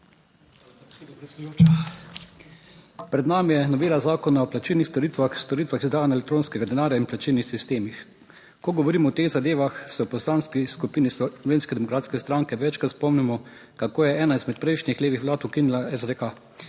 Pred nami je novela Zakona o plačilnih storitvah, storitvah izdajanja elektronskega denarja in plačilnih sistemih. Ko govorimo o teh zadevah, se v Poslanski skupini Slovenske demokratske stranke večkrat spomnimo, kako je ena izmed prejšnjih levih vlad ukinila SDK,